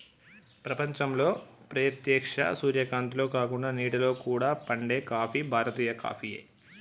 ప్రపంచంలో ప్రేత్యక్ష సూర్యకాంతిలో కాకుండ నీడలో కూడా పండే కాఫీ భారతీయ కాఫీయే